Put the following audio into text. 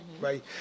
right